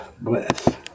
bless